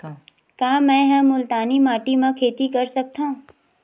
का मै ह मुल्तानी माटी म खेती कर सकथव?